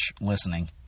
listening